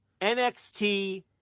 NXT